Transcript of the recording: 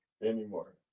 Anymore